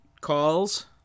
calls